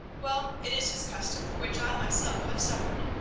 well, it is his custom, from which i myself have suffered.